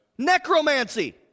Necromancy